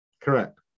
Correct